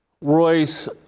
Royce